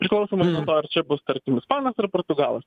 priklausomai nuo to ar čia bus tarkim ispanas ar portugalas